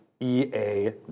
EA